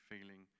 feeling